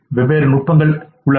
வெவ்வேறு நுட்பங்கள் உள்ளன